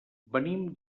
venim